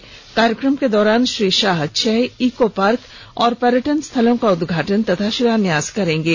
इस कार्यक्रम के दौरान श्री शाह छह इको पार्क और पर्यटनस्थलों का उदघाटन और शिलान्यास करेंगे